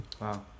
Wow